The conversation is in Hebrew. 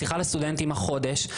בשיחה לסטודנטים החודש,